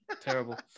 Terrible